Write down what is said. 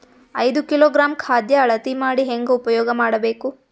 ಐದು ಕಿಲೋಗ್ರಾಂ ಖಾದ್ಯ ಅಳತಿ ಮಾಡಿ ಹೇಂಗ ಉಪಯೋಗ ಮಾಡಬೇಕು?